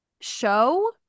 Show